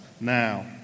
now